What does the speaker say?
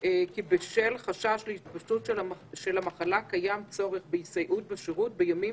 כי בשל חשש להתפשטות של המחלה קיים צורך בהסתייעות בשירות בימים